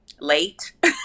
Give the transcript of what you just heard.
Late